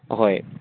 ꯑꯍꯣꯏ